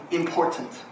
important